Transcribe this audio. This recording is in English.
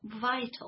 vital